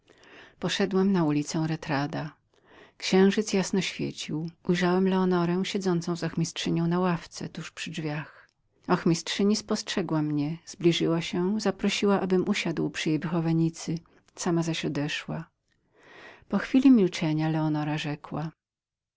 poszedłem na ulicę retardo księżyc jasno świecił poznałem leonorę siedzącą z ochmistrzynią na ławce tuż przy drzwiach ochmistrzyni spostrzegła mnie zbliżyła się zaprosiła abym usiadł przy jej wychowanicy sama zaś oddaliła się po chwili milczenia leonora rzekła